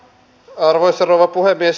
arvoisa rouva puhemies